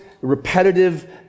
repetitive